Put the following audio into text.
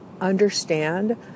understand